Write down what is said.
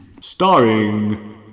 Starring